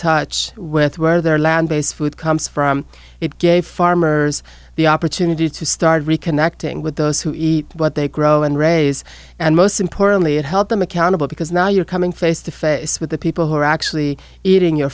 touch with where their land based food comes from it gave farmers the opportunity to start reconnecting with those who eat what they grow and raise and most importantly it help them accountable because now you're coming face to face with the people who are actually eating your